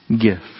gift